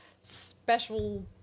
special